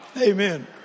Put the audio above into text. Amen